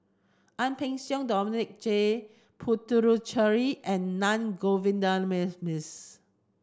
Ang Peng Siong Dominic J Puthucheary and Na